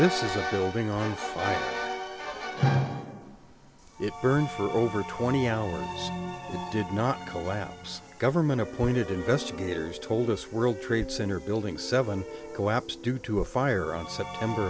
building on it burned for over twenty hours it did not collapse government appointed investigators told us world trade center building seven collapsed due to a fire on september